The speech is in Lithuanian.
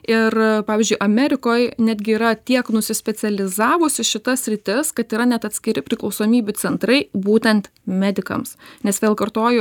ir pavyžiui amerikoj netgi yra tiek nusispecializavusi šita sritis kad yra net atskiri priklausomybių centrai būtent medikams nes vėl kartoju